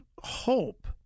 hope